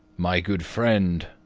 my good friend,